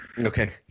Okay